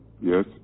Yes